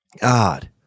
God